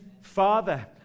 father